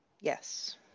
Yes